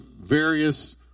Various